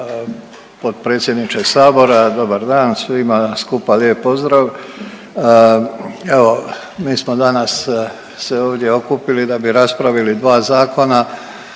Hvala